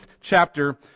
chapter